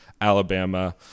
Alabama